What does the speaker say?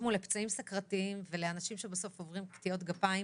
לפצעים סוכרתיים ולאנשים שעוברים קטיעות גפיים